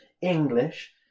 English